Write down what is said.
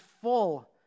full